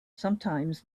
sometimes